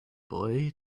boy